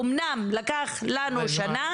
אמנם לקח לנו שנה